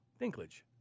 Dinklage